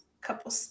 couple